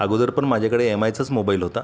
अगोदर पण माझ्याकडे एम आयचाच मोबाईल होता